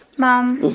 mom,